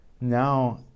now